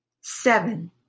seven